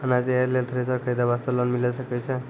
अनाज तैयारी लेल थ्रेसर खरीदे वास्ते लोन मिले सकय छै?